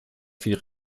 viel